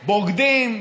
בוגדים,